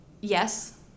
yes